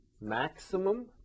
maximum